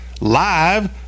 live